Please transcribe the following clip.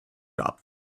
shop